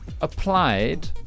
applied